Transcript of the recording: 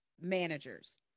managers